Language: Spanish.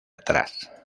atrás